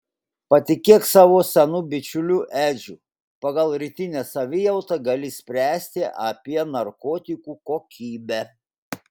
patikėk savo senu bičiuliu edžiu pagal rytinę savijautą gali spręsti apie narkotikų kokybę